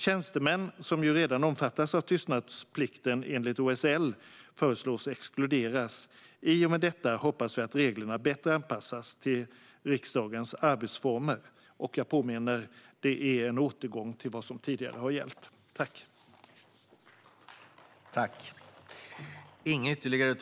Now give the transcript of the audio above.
Tjänstemän, som redan omfattas av tystnadsplikten enligt OSL, föreslås exkluderas. I och med detta hoppas vi att reglerna bättre anpassas till riksdagens arbetsformer. Jag påminner om att det är en återgång till vad som tidigare har gällt.